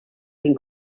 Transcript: been